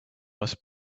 must